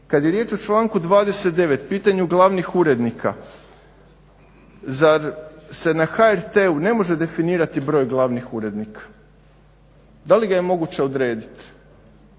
Kada je riječ o članku 29.pitanju glavnih urednika, zar se na HRT-u ne može definirati broj glavnih urednika? Da li ga je moguće odrediti